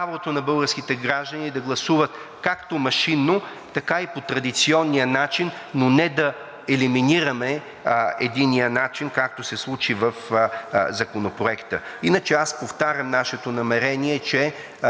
на българските граждани да гласуват както машинно, така и по традиционния начин, но не да елиминираме единия начин, както се случи в Законопроекта. Иначе повтарям нашето намерение, че